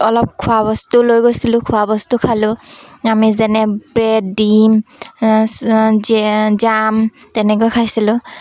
অলপ খোৱা বস্তু লৈ গৈছিলোঁ খোৱা বস্তু খালোঁ আমি যেনে ব্ৰেড ডিম জাম তেনেকৈ খাইছিলোঁ